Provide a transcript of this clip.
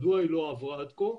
מדוע היא לא עברה עד כה?